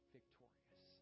Victorious